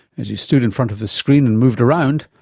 as you stood in front of the screen and moved around,